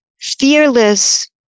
fearless